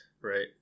right